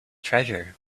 treasure